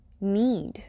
need